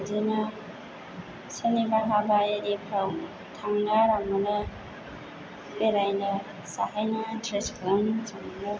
बिदिनो सोरनिबा हाबा इरिफ्राव थांनो आराम मोनो बेरायनो जाहैनो इन्टारेस्ट खालामनो मोजां मोनो